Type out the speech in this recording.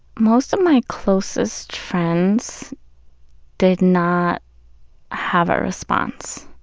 most of my closest friends did not have a response.